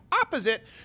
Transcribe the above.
opposite